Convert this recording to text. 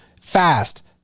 fast